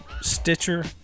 Stitcher